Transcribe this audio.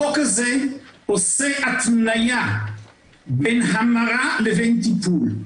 הצעת החוק הזאת עושה התניה בין המרה לבין טיפול.